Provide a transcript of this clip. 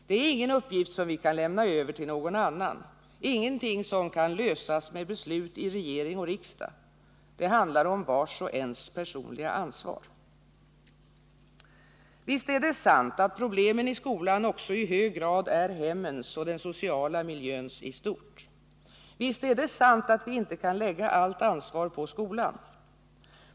Det är ingen uppgift vi kan lämna över till någon annan, ingenting som kan lösas med beslut i regering och riksdag. Det handlar om vars och ens personliga ansvar. Visst är det sant att problemen i skolan också i hög grad är hemmens och den sociala miljöns i stort. Visst är det sant att vi inte kan lägga allt ansvar på skolan.